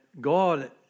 God